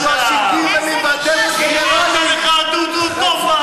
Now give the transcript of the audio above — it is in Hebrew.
דודו טופז,